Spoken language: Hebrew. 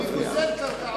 אל תפריע לו.